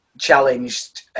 challenged